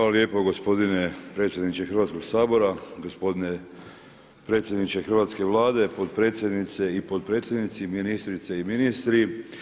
Hvala lijepo gospodine predsjedniče Hrvatskog sabora, gospodine predsjedniče hrvatske Vlade, potpredsjednice i potpredsjednici, ministrice i ministri.